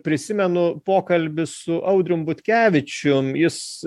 prisimenu pokalbį su audrium butkevičium jis